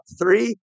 three